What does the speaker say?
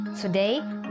Today